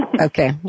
Okay